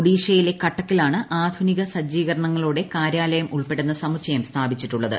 ഒഡീഷയിലെ കട്ടക്കിലാണ് ആധുനിക സജ്ജീകരണങ്ങളോടെ കാര്യാലയം ഉൾപ്പെടുന്ന സമുച്ചയം സ്ഥാപിച്ചിട്ടുള്ളത്